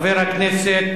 שברגעים